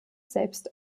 selbst